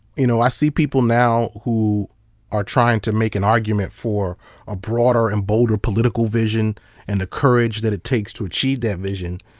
you know, i see people now who are trying to make an argument for a broader and bolder political vision and the courage that it takes achieve that vision,